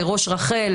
ראש רח"ל